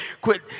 Quit